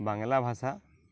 বাংলা ভাষা